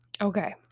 okay